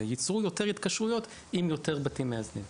ויצרו יותר התקשרויות עם יותר בתים מאזנים,